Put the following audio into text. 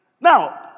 Now